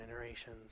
generations